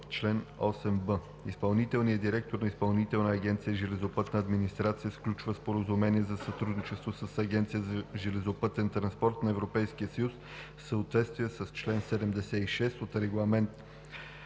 „Чл. 8б. Изпълнителният директор на Изпълнителна агенция „Железопътна администрация“ сключва споразумение за сътрудничество с Агенцията за железопътен транспорт на Европейския съюз в съответствие с чл. 76 от Регламент